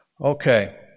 Okay